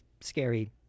scary